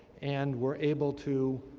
and were able to,